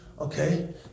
Okay